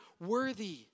worthy